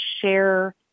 share